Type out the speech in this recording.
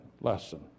lesson